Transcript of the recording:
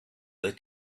the